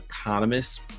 economist